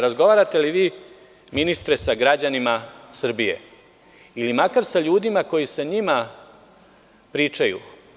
Razgovarate li vi, ministre, sa građanima Srbije ili makar sa ljudima koji sa njima pričaju?